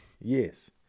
Yes